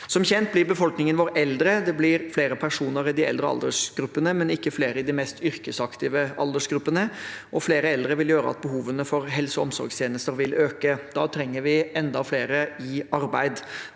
Som kjent blir befolkningen vår eldre. Det blir flere personer i de eldre aldersgruppene, men ikke flere i de mest yrkesaktive aldersgruppene. Flere eldre vil gjøre at behovene for helse- og omsorgstjenester vil øke. Da trenger vi enda flere i arbeid.